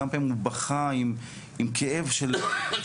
כמה פעמים הוא בכה עם כאב של אלמנות,